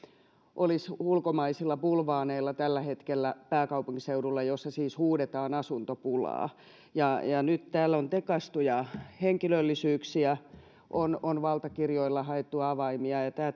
olisi ulkomaisilla bulvaaneilla tällä hetkellä pääkaupunkiseudulla jossa siis huudetaan asuntopulaa ja ja nyt täällä on tekaistuja henkilöllisyyksiä on on valtakirjoilla haettu avaimia tämä